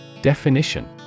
Definition